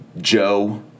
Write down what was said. Joe